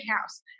house